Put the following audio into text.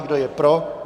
Kdo je pro?